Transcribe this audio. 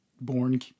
born